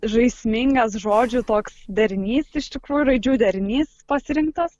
žaismingas žodžių toks derinys iš tikrųjų raidžių derinys pasirinktas